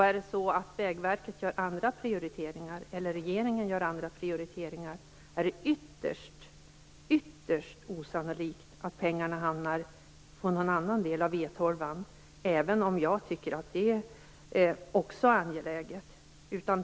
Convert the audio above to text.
Är det så att Vägverket eller regeringen gör andra prioriteringar är det ytterst osannolikt att pengarna hamnar på någon annan del av E 12:an, även om jag tycker att det också är angeläget.